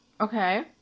Okay